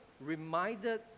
reminded